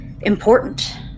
important